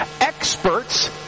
experts